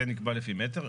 זה נקבע לפי מטר.